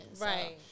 Right